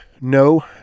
no